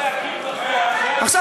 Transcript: עכשיו,